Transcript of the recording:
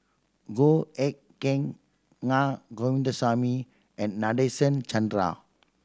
Goh Eck Kheng Na Govindasamy and Nadasen Chandra